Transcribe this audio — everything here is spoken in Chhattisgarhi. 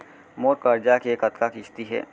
मोर करजा के कतका किस्ती हे?